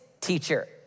teacher